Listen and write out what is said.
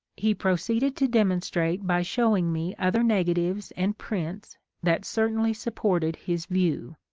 he proceeded to demonstrate by showing me other nega tives and prints that certainly supported his view.